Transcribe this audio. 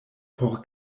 por